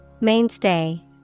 Mainstay